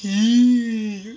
!ee!